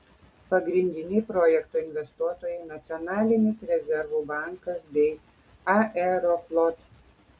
pagrindiniai projekto investuotojai nacionalinis rezervų bankas bei aeroflot